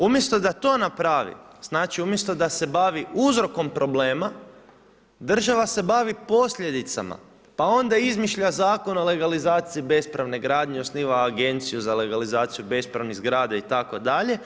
Umjesto da to napravi, znači umjesto da se bavi uzrokom problema, država se bavi posljedicama, pa onda izmišlja Zakon o legalizaciji bespravne gradnje, osniva agenciju za legalizaciju bespravnih zgrada itd.